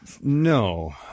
No